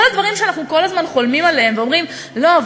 כל הדברים שאנחנו כל הזמן חולמים עליהם ואומרים: לא,